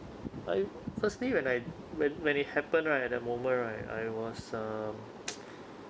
I firstly when I when when it happened right at the moment right I was um